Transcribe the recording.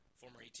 former